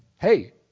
hey